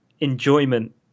enjoyment